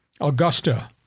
Augusta